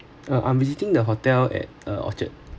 uh I'm visiting the hotel at uh orchard